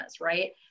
right